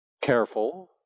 careful